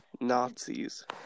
Nazis